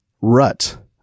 rut